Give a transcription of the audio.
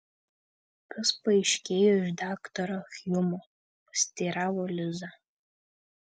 kas paaiškėjo iš daktaro hjumo pasiteiravo liza